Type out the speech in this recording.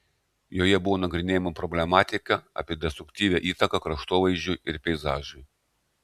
joje buvo nagrinėjama problematika apie destruktyvią įtaką kraštovaizdžiui ir peizažui